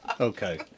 Okay